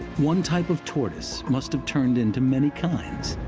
one type of tortoise must have turned into many kinds,